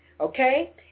okay